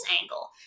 angle